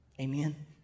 Amen